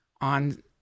on